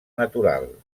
natural